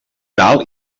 oral